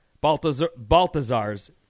Baltazar's